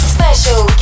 Special